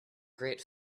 great